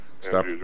Stop